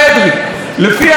אדוני היושב-ראש,